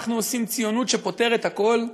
אנחנו עושים ציונות שפותרת את הכול.